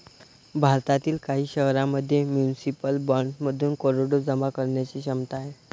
भारतातील काही शहरांमध्ये म्युनिसिपल बॉण्ड्समधून करोडो जमा करण्याची क्षमता आहे